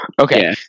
Okay